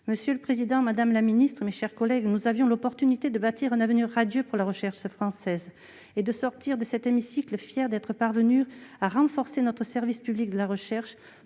Monsieur le président, madame la ministre, mes chers collègues, nous avions l'occasion de bâtir un avenir radieux pour la recherche française, et de sortir de cet hémicycle en étant fiers d'être parvenus à renforcer notre service public de la recherche,